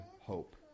hope